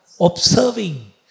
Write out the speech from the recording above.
observing